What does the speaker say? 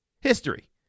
History